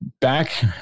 back